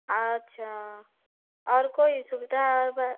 अच्छा और कोई सुविधा होगा